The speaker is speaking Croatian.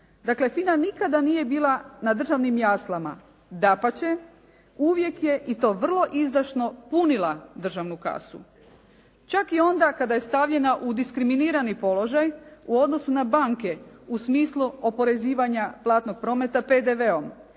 dakle FINA nikada nije bila na državnim jaslama. Dapače, uvijek je i to vrlo izdašno punila državnu kasu, čak i onda kad je stavljena u diskriminirani položaj u odnosu na banke u smislu oporezivanja platnog prometa PDV-om.